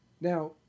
now